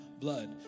blood